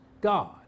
God